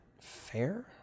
fair